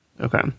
Okay